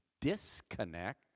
disconnect